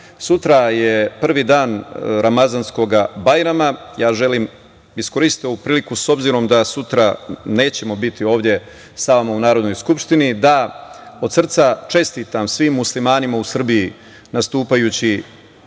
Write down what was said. dane. Sutra je prvi dan Ramazanskog bajrama. Želim iskoristiti ovu priliku, s obzirom na to da sutra nećemo biti ovde sa vama u Narodnoj skupštini, da od srca čestitam svim muslimanima u Srbiji nastupajući